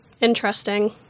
Interesting